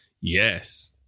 Yes